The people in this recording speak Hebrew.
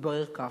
והתברר כך: